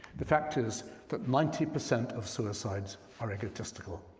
the fact is that ninety percent of suicides are egotistical.